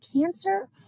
cancer